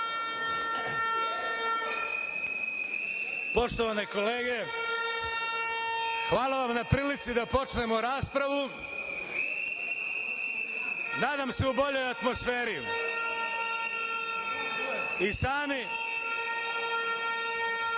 vreme. Poštovane kolege, hvala vam na prilici da počnemo raspravu, nadam se, u boljoj atmosferi. Molim